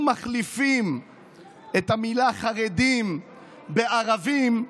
מחליפים את המילה "חרדים" ב"ערבים",